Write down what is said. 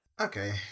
Okay